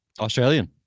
Australian